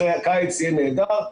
הקיץ יהיה נהדר,